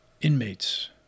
Inmates